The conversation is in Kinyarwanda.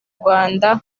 rwanda